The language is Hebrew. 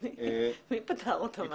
מי פטר אותה מאגרות?